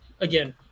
again